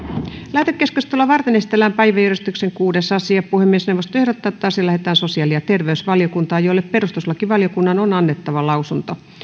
lähetekeskustelua varten esitellään päiväjärjestyksen kuudes asia puhemiesneuvosto ehdottaa että asia lähetetään sosiaali ja terveysvaliokuntaan jolle perustuslakivaliokunnan on annettava lausunto